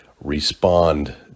respond